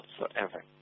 whatsoever